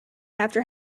after